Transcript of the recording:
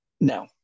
no